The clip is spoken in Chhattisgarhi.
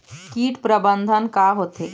कीट प्रबंधन का होथे?